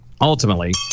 ultimately